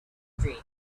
dream